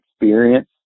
experience